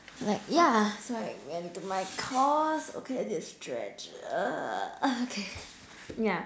I'm like yeah so I went to my course okay I need to stretch okay yeah